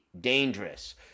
dangerous